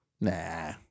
Nah